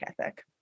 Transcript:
ethic